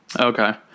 Okay